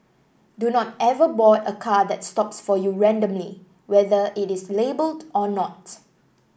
do not ever board a car that stops for you randomly whether it is labelled or not